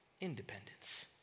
independence